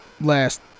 last